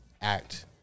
act